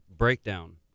breakdown